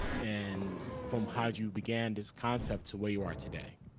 and from how you began this concept to where you are today?